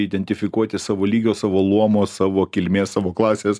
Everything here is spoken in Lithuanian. identifikuoti savo lygio savo luomo savo kilmės savo klasės